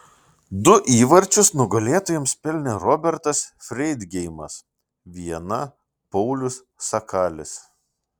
du įvarčius nugalėtojams pelnė robertas freidgeimas vieną paulius sakalis